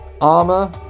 armor